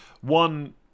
one